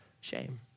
shame